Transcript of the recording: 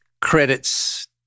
credits